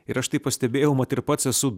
ir aš tai pastebėjau mat ir pats esu